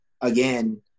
again